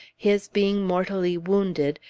his being mortally wounded,